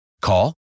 Call